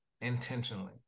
intentionally